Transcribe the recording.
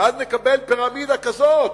ואז נקבל פירמידה כזאת,